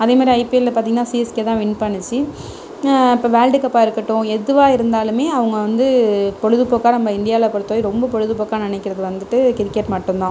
அதேமாதிரி ஐபிஎல்லில் பார்த்திங்கன்னா சிஎஸ்கே தான் வின் பண்ணுச்சு அப்போ வேல்டு கப்பாக இருக்கட்டும் எதுவாக இருந்தாலுமே அவங்க வந்து பொழுதுபோக்கா நம்ம இந்தியாவில் பொறுத்த வரையும் ரொம்ப பொழுதுபோக்கா நினைக்கிறது வந்துவிட்டு கிரிக்கெட் மட்டுந்தான்